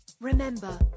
Remember